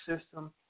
system